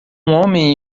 homem